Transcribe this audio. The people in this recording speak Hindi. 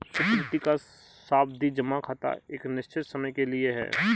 सुकृति का सावधि जमा खाता एक निश्चित समय के लिए है